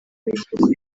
w’igihugu